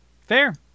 Fair